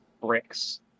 bricks